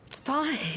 fine